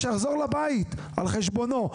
שיחזור הביתה על חשבונו.